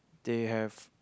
there have